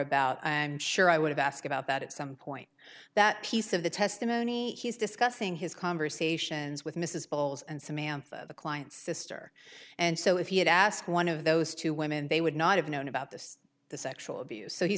about i'm sure i would have asked about that at some point that piece of the testimony he's discussing his conversations with mrs balls and samantha the client sister and so if he had asked one of those two women they would not have known about this the sexual abuse so he